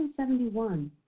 1971